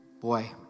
boy